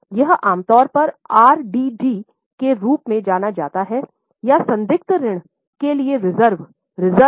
यह आमतौर पर RDD के रूप में जाना जाता है या संदिग्ध ऋण के लिए रिजर्व